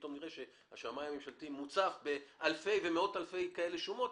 כשפתאום נראה שהשמאי הממשלתי מוצף באלפי ומאות אלפי שומות כאלה,